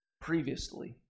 previously